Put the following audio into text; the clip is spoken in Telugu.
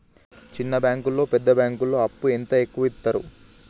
చిన్న బ్యాంకులలో పెద్ద బ్యాంకులో అప్పు ఎంత ఎక్కువ యిత్తరు?